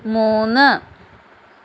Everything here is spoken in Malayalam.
മൂന്ന്